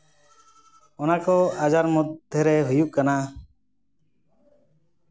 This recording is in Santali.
ᱚᱱᱟ ᱠᱚ ᱟᱡᱟᱨ ᱢᱚᱫᱽᱫᱷᱮ ᱨᱮ ᱦᱩᱭᱩᱜ ᱠᱟᱱᱟ